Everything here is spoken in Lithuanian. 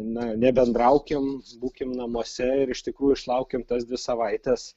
na nebendraukim būkim namuose ir iš tikrųjų išlaukim tas dvi savaites